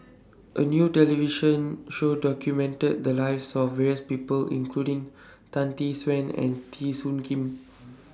A New television Show documented The Lives of various People including Tan Tee Suan and Teo Soon Kim